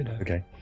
Okay